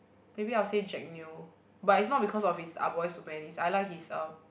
maybe I will say jack-neo but it's not because of his Ah Boys to Men is I like his uh